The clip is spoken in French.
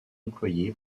employé